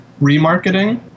remarketing